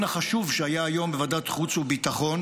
החשוב שהיה היום בוועדת החוץ והביטחון